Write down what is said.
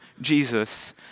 Jesus